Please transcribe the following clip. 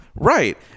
Right